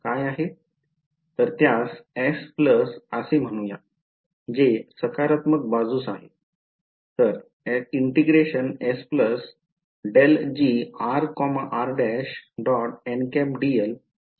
तर त्यास S असे म्हणूया जे सकारात्मक बाजूस आहे